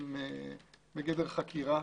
הם בגדר חקירה.